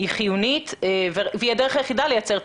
היא חיונית והיא הדרך היחידה לייצר את